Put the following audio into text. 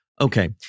Okay